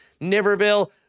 Niverville